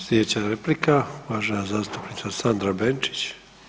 Slijedeća replika, uvažena zastupnica Sandra Benčić.